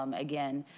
um again,